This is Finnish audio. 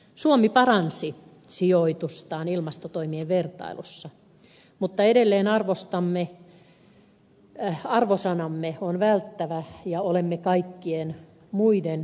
suomi paransi sijoitustaan ilmastotoimien vertailussa mutta edelleen arvosanamme on välttävä ja olemme kaikkien muiden pohjoismaiden takana